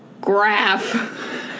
graph